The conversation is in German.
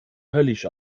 höllisch